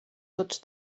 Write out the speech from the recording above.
tots